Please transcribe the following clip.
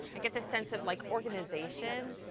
i get the sense of like organization.